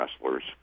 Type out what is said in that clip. wrestlers